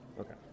Okay